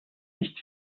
nicht